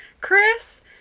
Chris